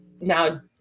now